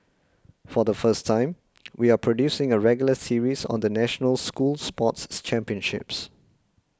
for the first time we are producing a regular series on the national school sports championships